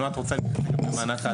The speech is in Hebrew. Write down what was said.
נועה, את רוצה לדבר על נושא ההתמדה?